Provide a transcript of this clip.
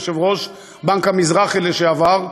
יושב-ראש בנק המזרחי לשעבר,